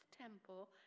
temple